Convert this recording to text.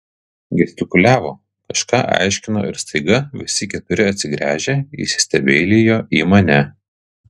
gestikuliavo kažką aiškino ir staiga visi keturi atsigręžę įsistebeilijo į mane